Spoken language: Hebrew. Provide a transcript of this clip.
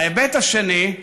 ההיבט השני,